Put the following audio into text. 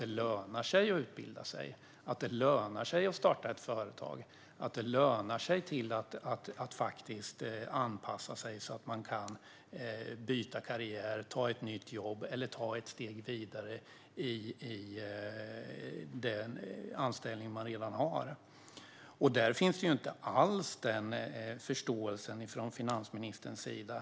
Det ska löna sig att utbilda sig, det ska löna sig att starta ett företag och det ska löna sig att anpassa sig så att man kan byta karriär, ta ett nytt jobb eller ta ett steg vidare i den anställning man redan har. Denna förståelse finns inte alls från finansministerns sida.